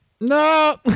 No